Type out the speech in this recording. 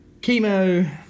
chemo